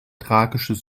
tragisches